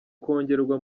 kongerwa